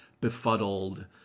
befuddled